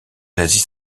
l’asie